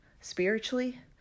spiritually